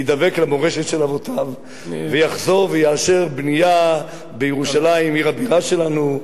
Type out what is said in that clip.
יידבק למורשת של אבותיו ויחזור ויאשר בנייה בירושלים עיר הבירה שלנו,